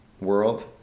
world